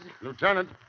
Lieutenant